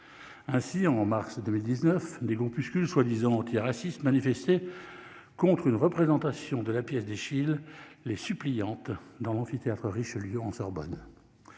ainsi en mars 2019 des groupuscules soi-disant anti-racistes manifester contre une représentation de la pièce, défilent les suppliant dans l'amphithéâtre Richelieu en Sorbonne